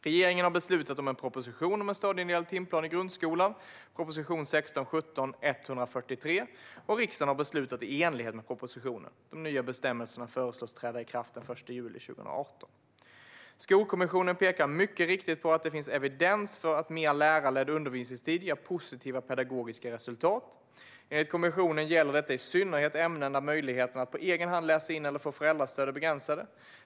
Regeringen har beslutat om en proposition om en stadieindelad timplan i grundskolan , och riksdagen har beslutat i enlighet med propositionen. De nya bestämmelserna föreslås träda i kraft den 1 juli 2018. Skolkommissionen pekar mycket riktigt på att det finns evidens för att mer lärarledd undervisningstid ger positiva pedagogiska resultat. Enligt kommissionen gäller detta i synnerhet ämnen där möjligheterna att på egen hand läsa in eller få föräldrastöd är begränsade.